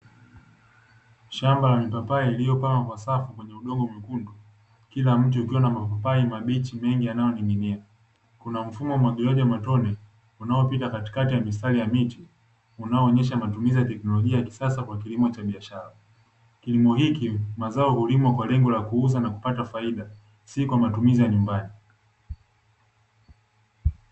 Shamba la mipapai iliyopandwa kwa safu kwenye udongo mwekundu, kila mti ukiwa na mapapai mabichi mengi yanayo ning’inia, kuna mfumo wa umwagiliaji wa matone unaopita katikati ya mistari ya miti unaoonyesha matumizi ya teknolojia ya kisasa kwa kilimo cha biashara, kilimo hiki mazao ulimwa kwa lengo la kuuza na kupata faida si kwa matumizi ya nyumbani.